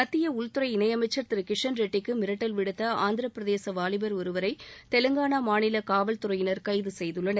மத்திய உள்துறை இணையமைச்சர் திரு கிஷண் ரெட்டிக்கு மிரட்டல் விடுத்த ஆந்திர பிரதேச வாலிபர் ஒருவரை தெலுங்கானா மாநில காவல்துறையினர் கைது செய்துள்ளனர்